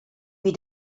wie